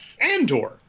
Andor